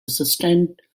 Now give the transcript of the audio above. assistant